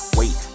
wait